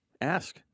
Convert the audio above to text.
ask